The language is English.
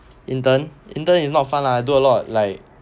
intern intern is not fun lah I do a lot like